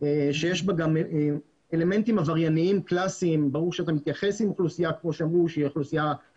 שיש בה גם אלמנטים עבריינים קלאסיים בהתייחס לאוכלוסייה אלימה,